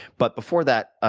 but before that,